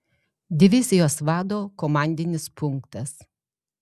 divizijos vado komandinis punktas